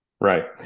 right